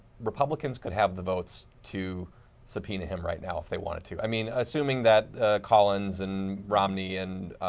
republicans could have the votes to subpoena him right now if they wanted to. i mean assuming that collins and romney and,